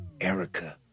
Erica